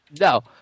No